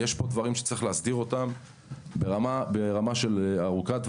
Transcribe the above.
יש דברים שצריך להסדיר אותם ברמה ארוכת טווח.